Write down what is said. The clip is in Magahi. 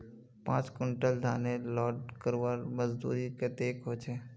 पाँच कुंटल धानेर लोड करवार मजदूरी कतेक होचए?